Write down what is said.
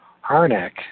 Harnack